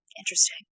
Interesting